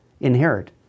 inherit